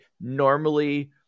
Normally